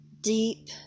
deep